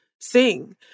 sing